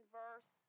verse